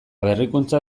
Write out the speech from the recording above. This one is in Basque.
berrikuntza